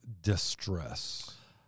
distress